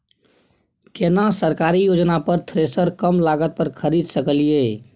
केना सरकारी योजना पर थ्रेसर कम लागत पर खरीद सकलिए?